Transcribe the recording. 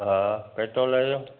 हा पेट्रोल जो